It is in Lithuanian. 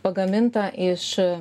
pagaminta iš